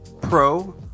pro